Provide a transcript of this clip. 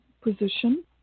position